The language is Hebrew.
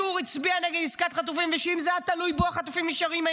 וכל ח"כ כזה,